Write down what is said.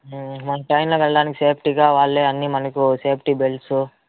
మనకి పైన వెళ్ళడానికి సేఫ్టీగా వాళ్లే అన్ని మనకు సేఫ్టీ బెల్ట్సు